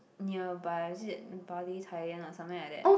nearby is it Bali Thailand or something like that